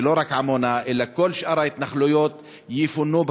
ולא רק עמונה אלא כל שאר ההתנחלויות יפונו בסוף.